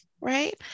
right